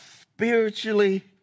spiritually